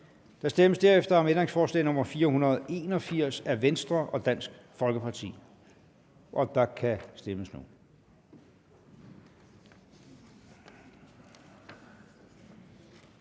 Der stemmes derefter om ændringsforslag nr. 481 af Venstre og Dansk Folkeparti, og der kan stemmes nu.